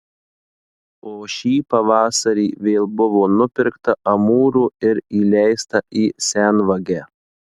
o šį pavasarį vėl buvo nupirkta amūrų ir įleista į senvagę